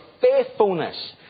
faithfulness